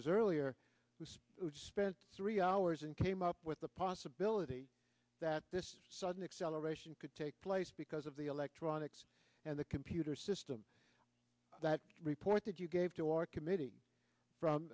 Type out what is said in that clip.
es earlier this spent three hours and came up with the possibility that this sudden acceleration could take place because of the electronics and the computer system that report that you gave to our committee from